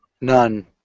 None